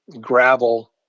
gravel